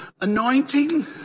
Anointing